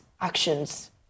actions